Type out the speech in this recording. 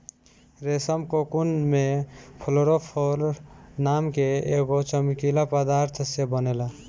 रेशम कोकून में फ्लोरोफोर नाम के एगो चमकीला पदार्थ से बनेला